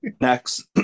next